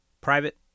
private